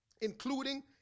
Including